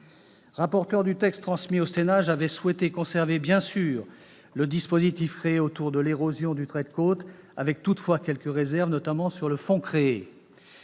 Rapporteur du texte transmis au Sénat, j'avais souhaité conserver, bien sûr, le dispositif visant à lutter contre l'érosion du trait de côte, avec toutefois quelques réserves, notamment sur le fonds mis